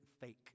fake